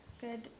good